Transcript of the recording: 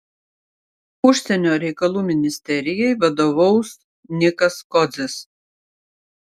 užsienio reikalų ministerijai vadovaus nikas kodzis